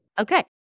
Okay